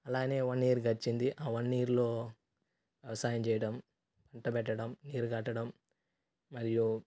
అలాగే one year గడిచింది ఆ వన్ ఇయర్లో వ్యవసాయం చేయడం పంట పెట్టడం నీరు గట్టడం మరియు